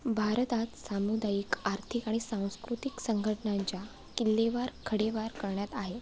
भारत आज सामुदायिक आर्थिक आणि सांस्कृतिक संघटनांच्या किल्लेवार खडेवार करण्यात आहे